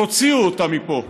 תוציאו אותה מפה,